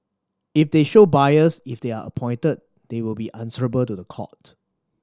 if they show bias if they are appointed they will be answerable to the court